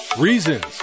Reasons